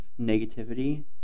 negativity